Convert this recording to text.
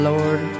Lord